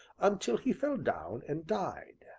until he fell down and died.